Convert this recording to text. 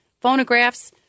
Phonographs